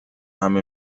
همه